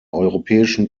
europäischen